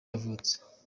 yavutse